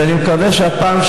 אז אני מקווה שהפעם,